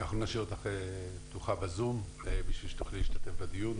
נשאיר את הזום שלך פתוח כדי שתוכלי להשתתף בדיון.